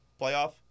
playoff